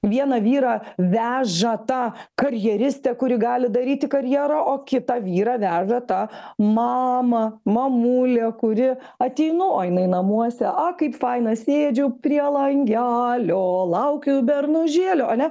vieną vyrą veža ta karjeristė kuri gali daryti karjerą o kitą vyrą veža ta mama mamulė kuri ateinu o jinai namuose o kaip faina sėdžiu prie langelio laukiu bernužėlio ane